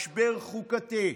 משבר חוקתי,